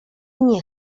nie